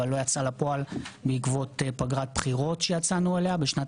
אבל לא יצא לפועל בעקבות פגרת בחירות שיצאנו אליה בשנת